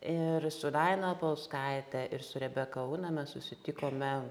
ir su daina opolskaite ir su rebeka una mes susitikome